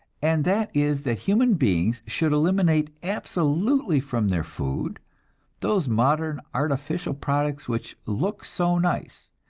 and that is that human beings should eliminate absolutely from their food those modern artificial products, which look so nice,